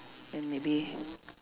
then maybe